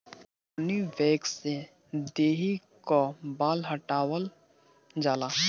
हनी wax से देहि कअ बाल हटावल जाला